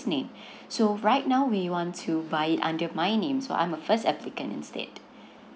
name so right now we want to buy it under my name so I'm a first applicant instead